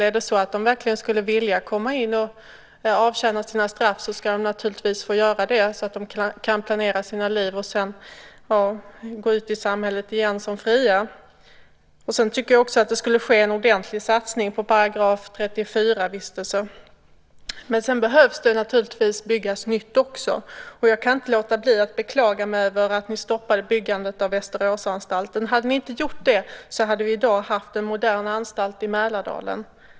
Är det så att de verkligen skulle vilja komma in och avtjäna sina straff ska de naturligtvis få göra det, så att de kan planera sina liv och sedan gå ut i samhället igen som fria. Jag tycker också att det skulle ske en ordentlig satsning på § 34-vistelsen. Men det behöver naturligtvis byggas nytt också. Jag kan inte låta bli att beklaga mig över att ni stoppade byggandet av Västeråsantalten. Hade ni inte gjort det, hade vi i dag haft en modern anstalt i Mälardalen.